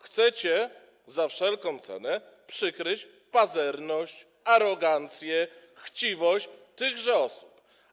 Chcecie za wszelką cenę przykryć pazerność, arogancję, chciwość tychże osób.